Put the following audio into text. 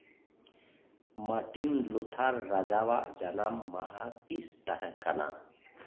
Martin Luther ᱨᱟᱡᱟᱣᱟᱜ ᱡᱟᱱᱟᱢ ᱢᱟᱦᱟ ᱛᱤᱥ ᱛᱟᱦᱮᱸ ᱠᱟᱱᱟ